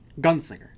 Gunslinger